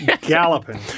Galloping